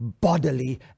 bodily